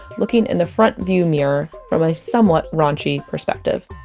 looking in the front view mirror from a somewhat raunchy perspective.